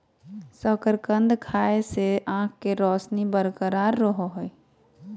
शकरकंद खाय से आंख के रोशनी बरकरार रहो हइ